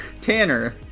Tanner